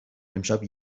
امشب